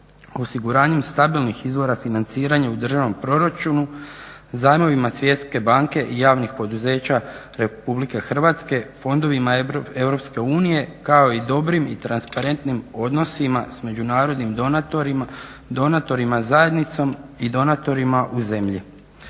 osiguranjem stabilnih izvora financiranja u državnom proračunu, zajmovima svjetske banke i javnih poduzeća RH, Fondovima EU kao i dobrim i transparentnim odnosima s međunarodnim donatorima, zajednicom i donatorima u zemlji.